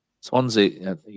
Swansea